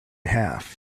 half